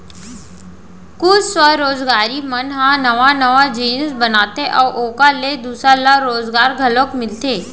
कुछ स्वरोजगारी मन ह नवा नवा जिनिस बनाथे अउ ओखर ले दूसर ल रोजगार घलो मिलथे